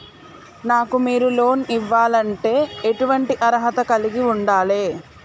నాకు మీరు లోన్ ఇవ్వాలంటే ఎటువంటి అర్హత కలిగి వుండాలే?